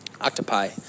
Octopi